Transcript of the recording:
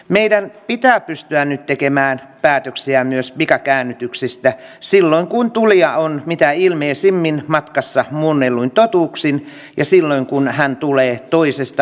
meidän pitää pystyä tekemään päätöksiä myös pikakäännytyksistä silloin kun tulija on mitä ilmeisimmin matkassa muunnelluin totuuksin ja silloin kun hän tulee toisesta